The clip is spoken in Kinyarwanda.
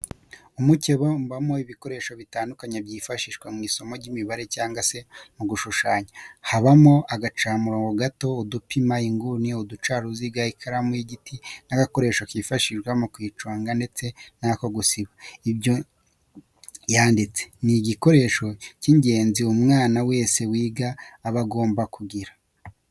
Umukebe ubamo ibikoresho bitandukanye byifashishwa mu isomo ry'imibare cyangwa se mu gushushanya habamo agacamurongo gato, udupima inguni, uducaruziga, ikaramu y'igiti n'agakoresho kifashishwa mu kuyiconga ndetse n'ako gusiba ibyo yanditse, ni ibikoresho by'ingenzi umwana wese wiga aba agomba kugira.